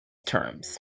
terms